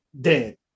dead